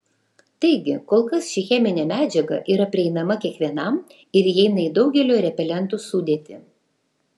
taigi kol kas ši cheminė medžiaga yra prieinama kiekvienam ir įeina į daugelio repelentų sudėtį